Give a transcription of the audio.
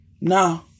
No